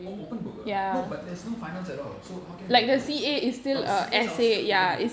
oh open book ah no but there's no finals at all so how can there be open book oh the C_A's are still open book